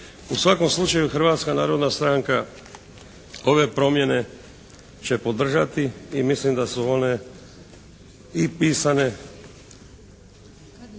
U svakom slučaju Hrvatska narodna stranka ove promjene će podržati i mislim da su one i pisane